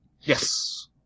Yes